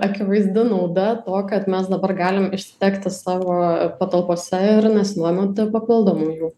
akivaizdi nauda to kad mes dabar galim išsitekti savo patalpose ir nesinuomoti papildomų jų